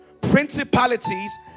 principalities